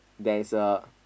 there's a